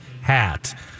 hat